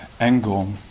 angle